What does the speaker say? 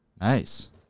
Nice